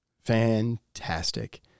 fantastic